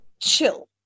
chill